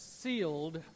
sealed